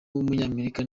w’umunyamerika